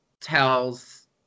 tells